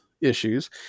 issues